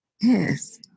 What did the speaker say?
Yes